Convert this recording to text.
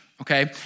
Okay